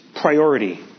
priority